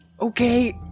Okay